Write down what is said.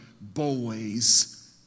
boys